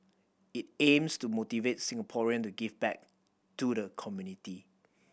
it aims to motivate Singaporean to give back to the community